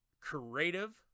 creative